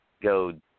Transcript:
go